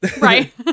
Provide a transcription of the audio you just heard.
right